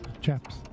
Chaps